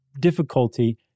difficulty